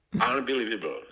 unbelievable